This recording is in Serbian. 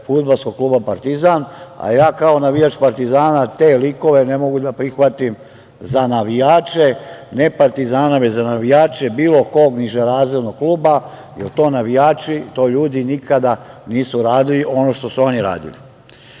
grupe FK „Partizan“, a ja kao navijač „Partizana“ te likove ne mogu da prihvatim za navijače ne „Partizana“, već za navijače bilo kog nižerazrednog kluba, jer to navijači, to ljudi nikada nisu radili ono što su oni radili. Dame